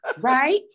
Right